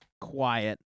quiet